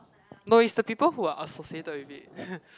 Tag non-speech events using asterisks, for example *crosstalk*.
no it's the people who are associated with it *laughs*